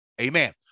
Amen